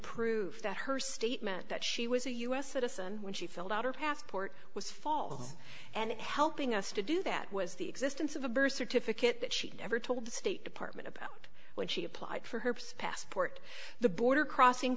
prove to her statement that she was a u s citizen when she filled out her passport was false and helping us to do that was the existence of a birth certificate that she never told the state department about when she applied for her purse passport the border crossing